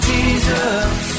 Jesus